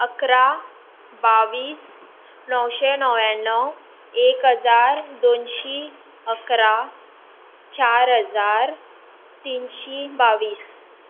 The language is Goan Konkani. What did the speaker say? इकरा बावीस णोवशें णव्याण्णव एक हजार दोनशीं इकरा चार हजार तीनशीं बावीस